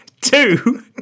Two